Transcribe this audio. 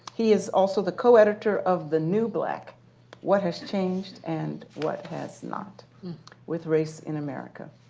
he is also the co-editor of the new black what has changed and what has not with race in america.